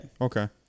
okay